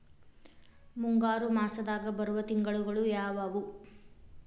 ಮುಂಗಾರು ಮಾಸದಾಗ ಬರುವ ತಿಂಗಳುಗಳ ಯಾವವು?